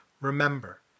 Remember